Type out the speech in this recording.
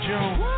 June